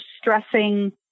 stressing